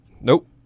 Nope